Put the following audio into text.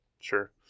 Sure